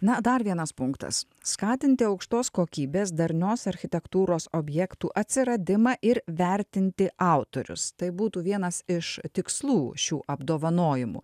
na dar vienas punktas skatinti aukštos kokybės darnios architektūros objektų atsiradimą ir vertinti autorius tai būtų vienas iš tikslų šių apdovanojimų